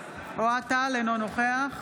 אינו נוכח